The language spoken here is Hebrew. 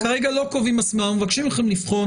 כרגע אנחנו לא קובעים מסמרות אלא מבקשים מכם לבחון.